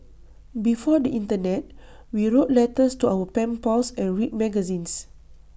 before the Internet we wrote letters to our pen pals and read magazines